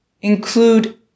include